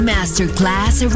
Masterclass